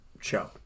show